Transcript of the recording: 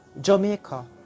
Jamaica